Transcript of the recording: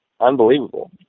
unbelievable